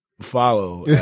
follow